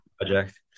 project